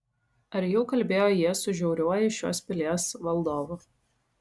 ar jau kalbėjo jie su žiauriuoju šios pilies valdovu